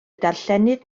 darllenydd